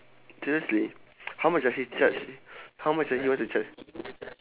seriously how much does he charge how much does he want to charge